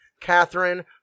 Catherine